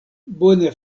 bone